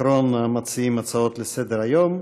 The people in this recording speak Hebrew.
אחרון המציעים הצעות לסדר-היום.